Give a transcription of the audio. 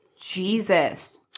Jesus